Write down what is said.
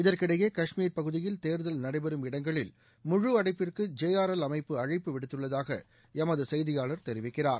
இதற்கிடையே கஷ்மீர் பகுதியில் தேர்தல் நடைபெறும் இடங்களில் முழு அடைப்பிற்கு ஜெ ஆர் எல் அமைப்பு அழைப்பு விடுத்துள்ளதாக எமது செய்தியாளர் தெரிவிக்கிறார்